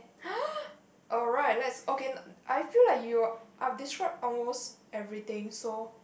alright let's okay I feel like you are describe almost everything so